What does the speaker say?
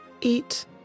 eat